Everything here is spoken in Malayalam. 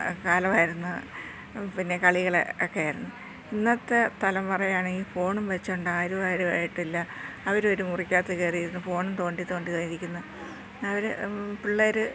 കാലമായിരുന്നു പിന്നെ കളികൾ ഒക്കെയായിരുന്നു ഇന്നത്തെ തലം പറയുകയാണെങ്കിൽ ഫോണും വച്ചുകൊണ്ട് ആരു ആരുമായിട്ടില്ല അവർ മുറിക്ക് അകത്ത് കയറി ഇരുന്നു ഫോണും തോണ്ടി തോണ്ടിയിരിക്കുന്നു അവർ പിള്ളേർ